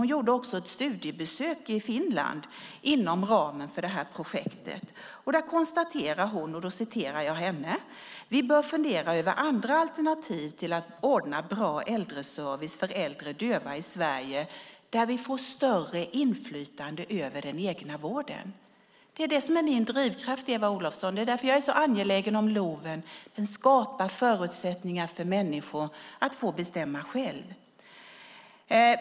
Hon gjorde också ett studiebesök i Finland inom ramen för projektet. Där konstaterar hon: Vi bör fundera över andra alternativ till att ordna bra äldreservice för äldre döva i Sverige där vi får större inflytande över den egna vården. Det är min drivkraft, Eva Olofsson. Det är därför jag är så angelägen om LOV. Den skapar förutsättningar för människor att bestämma själva.